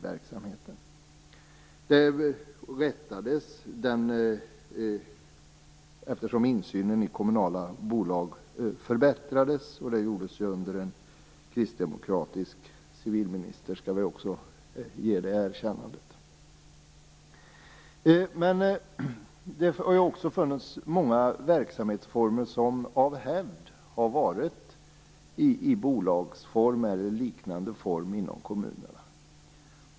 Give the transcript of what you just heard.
Detta rättades till, eftersom insynen i kommunala bolag förbättrades. Det gjordes under en kristdemokratisk civilminister. Jag skall ge det erkännandet. Det har funnits många verksamhetsformer som av hävd har varit i bolagsform eller i liknande form inom kommunerna.